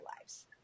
lives